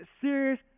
serious